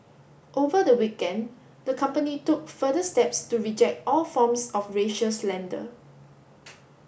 over the weekend the company took further steps to reject all forms of racial slander